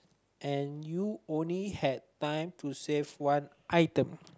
and you only had time to save one item